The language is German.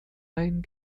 ein